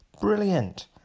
Brilliant